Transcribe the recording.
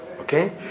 Okay